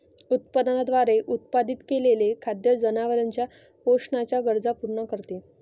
उत्पादनाद्वारे उत्पादित केलेले खाद्य जनावरांच्या पोषणाच्या गरजा पूर्ण करते